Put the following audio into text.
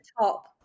top